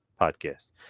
Podcast